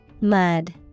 Mud